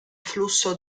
flusso